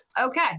Okay